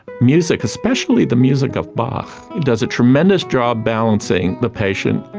music, especially the music of bach, does a tremendous job balancing the patient.